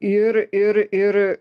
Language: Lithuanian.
ir ir ir